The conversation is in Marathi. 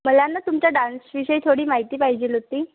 मला ना तुमच्या डान्स विषयी थोडी माहिती पायजेल ओती